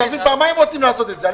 פעמיים רוצים לעשות את זה.